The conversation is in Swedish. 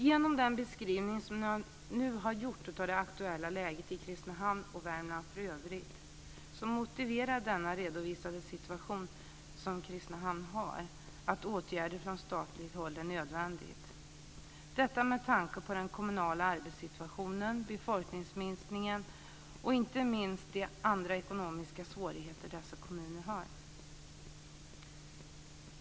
Genom den beskrivning som jag nu har gjort av det aktuella läget i Kristinehamn, och Värmland i övrigt, har jag visat att Kristinehamn har en sådan situation att åtgärder från statligt håll är nödvändiga. Detta med tanke på den kommunala arbetssituationen, befolkningsminskningen och inte minst andra ekonomiska svårigheter som dessa kommuner har.